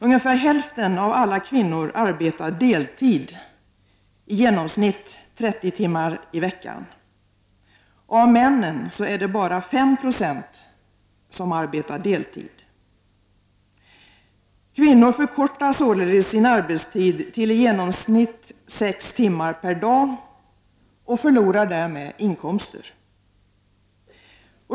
Ungefär hälften av alla kvinnor arbetar deltid, i genomsnitt 30 timmar i veckan. Av männen är det bara 5 26 som arbetar deltid. Kvinnor förkortar således sin arbetstid till i genomsnitt sex timmar per dag och förlorar därmed inkomster.